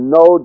no